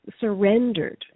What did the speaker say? Surrendered